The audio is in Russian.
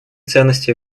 ценности